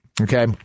okay